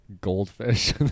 goldfish